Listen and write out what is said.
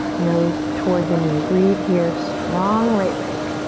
nose toward the knee. breathe here, strong right leg.